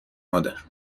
مادر